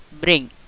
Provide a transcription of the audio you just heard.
bring